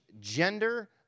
gender